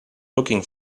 looking